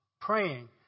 praying